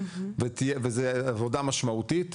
וזו עבודה משמעותית.